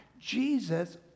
Jesus